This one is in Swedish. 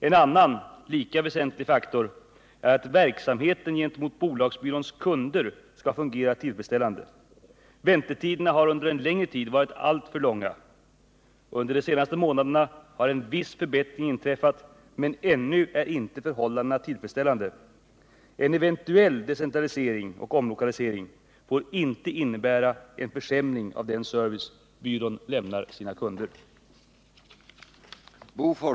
En annan lika väsentlig faktor är att verksamheten gentemot bolagsbyråns kunder skall fungera tillfredsställande. Väntetiderna har under en längre tid varit alltför långa. Under de senaste månaderna har en viss förbättring inträffat men ännu är inte förhållandena tillfredsställande. En eventuell decentralisering och omlokalisering får inte innebära en försämring av den service byrån lämnar sina kunder.